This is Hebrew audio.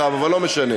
אבל לא משנה.